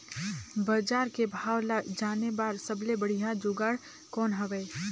बजार के भाव ला जाने बार सबले बढ़िया जुगाड़ कौन हवय?